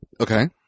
Okay